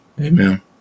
amen